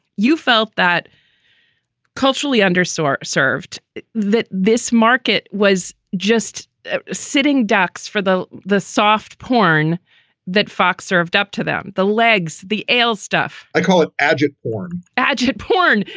you felt that culturally underscore served that this market was just sitting ducks for the the soft porn that fox served up to them, the legs, the ale stuff. i call it agit porn agit porn.